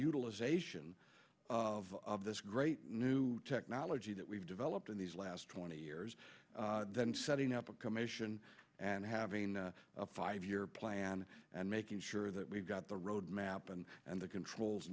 utilization of this great new technology that we've developed in these last twenty years setting up a commission and having a five year plan and making sure that we've got the roadmap and and the controls